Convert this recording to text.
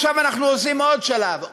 עכשיו אנחנו עושים עוד שלב,